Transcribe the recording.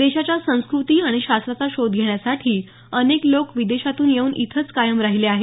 देशाच्या संस्कृती आणि शास्त्राचा शोध घेण्यासाठी अनेक लोक विदेशांतून येऊन इथंच कायम राहिले आहेत